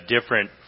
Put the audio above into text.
different